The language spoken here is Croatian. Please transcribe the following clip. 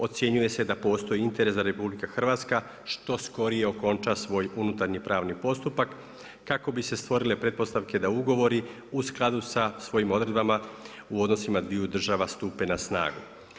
Ocjenjuje se da postoji interes da RH što skorije okonča svoj unutarnji pravni postupak kako bi se stvorile pretpostavke da ugovori u skladu sa svojim odredbama u odnosima dviju država stupe na snagu.